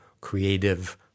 creative